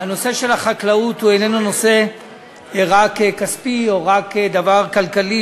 הנושא של החקלאות איננו רק נושא כספי או רק דבר כלכלי,